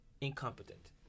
incompetent